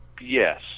Yes